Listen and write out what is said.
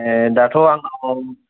ए दाथ' आंनाव